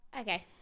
Okay